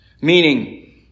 meaning